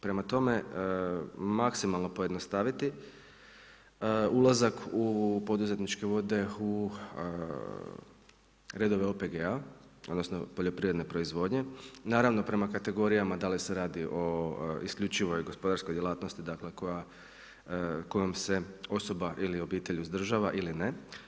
Prema tome, maksimalno pojednostaviti ulazak u poduzetničke vode, u redove OPG-a odnosno poljoprivredne proizvodnje naravno prema kategorijama da li se radi o isključivoj gospodarskoj djelatnosti dakle, kojom se osoba ili obitelj uzdržava ili ne.